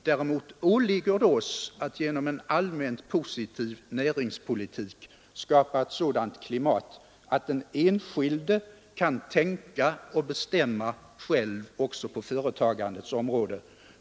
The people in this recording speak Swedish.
Däremot åligger det oss att genom en allmänt positiv näringspolitik skapa ett sådant klimat att den enskilde kan tänka och bestämma själv också på företagandets område.